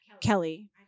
Kelly